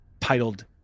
titled